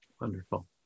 wonderful